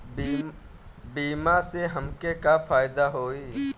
बीमा से हमके का फायदा होई?